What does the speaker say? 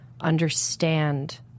understand